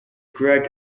greg